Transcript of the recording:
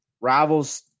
Rivals